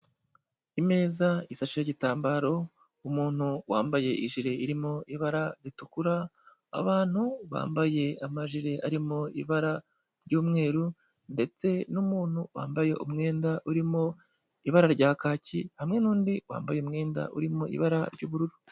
Imeza isasheho igitambaro, umuntu wambaye ijire irimo ibara ritukura, abantu bambaye amajire arimo ibara ry'umweru, ndetse n'umuntu wambaye umwenda urimo ibara rya kaki, hamwe n'undi wambaye umwenda urimo ibara ry'ubururu.